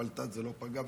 בפלת"ד זה לא פגע.